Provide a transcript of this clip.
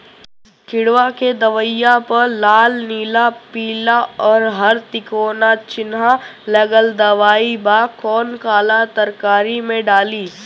किड़वा के दवाईया प लाल नीला पीला और हर तिकोना चिनहा लगल दवाई बा कौन काला तरकारी मैं डाली?